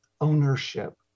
ownership